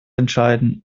entscheidend